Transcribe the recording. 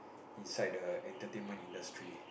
inside the entertainment industry